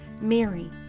Mary